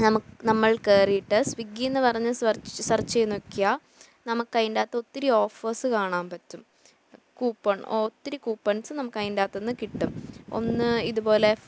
നമ്മൾ കയറിയിട്ട് സ്വിഗ്ഗിയെന്നു പറഞ്ഞു സെർ സെർച്ച് ചെയ്തു നോക്കിയാൽ നമുക്ക് അതിൻ്റകത്ത് ഒത്തിരി ഓഫേർസ് കാണാൻ പറ്റും കൂപ്പൺ ഒത്തിരി കൂപ്പൺസ് നമുക്ക് അതിൻ്റകത്തു നിന്ന് കിട്ടും ഒന്ന് ഇതുപോലെ